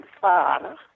father